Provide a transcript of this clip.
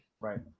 Right